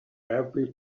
every